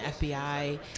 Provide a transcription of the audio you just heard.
FBI